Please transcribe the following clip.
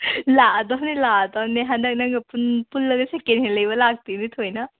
ꯂꯥꯛꯑꯗꯕꯅꯦ ꯂꯥꯛꯑꯗꯕꯅꯦ ꯍꯟꯗꯛ ꯅꯪꯒ ꯄꯨꯟꯂꯒ ꯁꯦꯀꯦꯟ ꯍꯦꯟ ꯂꯩꯕ ꯂꯥꯛꯇꯣꯏꯅꯦ ꯊꯑꯣꯏꯅ